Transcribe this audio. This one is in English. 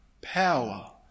power